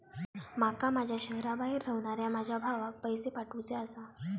माका माझ्या शहराबाहेर रव्हनाऱ्या माझ्या भावाक पैसे पाठवुचे आसा